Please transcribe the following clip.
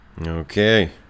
Okay